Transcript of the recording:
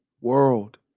world